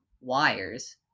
wires